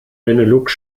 benelux